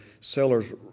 seller's